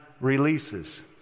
releases